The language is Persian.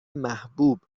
محبوب